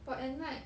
but at night